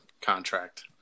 contract